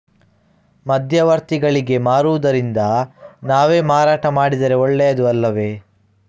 ಮಧ್ಯವರ್ತಿಗಳಿಗೆ ಮಾರುವುದಿಂದ ನಾವೇ ಮಾರಾಟ ಮಾಡಿದರೆ ಒಳ್ಳೆಯದು ಅಲ್ಲವೇ?